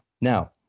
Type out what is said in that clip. Now